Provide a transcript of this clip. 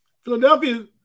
Philadelphia